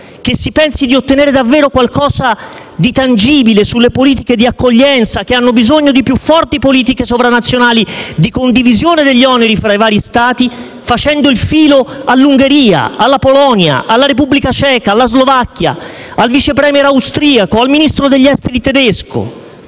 che si pensi di ottenere davvero qualcosa di tangibile sulle politiche di accoglienza, che hanno bisogno di più forti politiche sovranazionali e di condivisione degli oneri tra i vari Stati, facendo il filo all'Ungheria, alla Polonia, alla Repubblica Ceca, alla Slovacchia, al Vice *Premier* austriaco, al Ministro degli esteri tedesco.